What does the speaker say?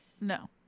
no